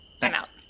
Thanks